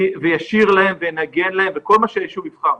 ישיר להם, ינגן להם וכל מה שהיישוב יבחר.